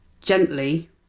gently